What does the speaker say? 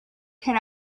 can